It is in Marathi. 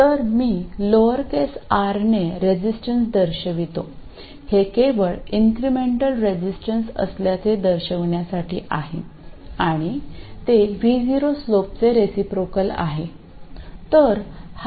तर मी लोअर केस r ने रेजिस्टन्स दर्शवितो हे केवळ इन्क्रिमेंटल रेझिस्टन्स असल्याचे दर्शविण्यासाठी आहे आणि ते v0 स्लोपचे रिसिप्रोकल आहे